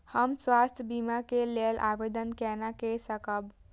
हम स्वास्थ्य बीमा के लेल आवेदन केना कै सकब?